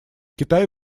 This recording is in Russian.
китай